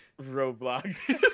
roadblock